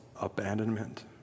Abandonment